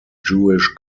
jewish